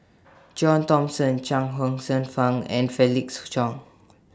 John Thomson Chuang Hsueh Fang and Felix Cheong